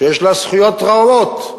שיש לה זכויות רבות,